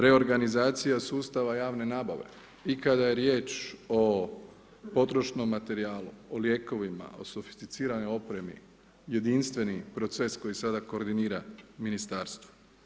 Reorganizacija sustava javne nabave i kada je riječ o potrošnom materijalu, o lijekovima, o sofisticiranoj opremi, jedinstveni proces koji sad koordinira Ministarstvu.